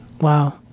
wow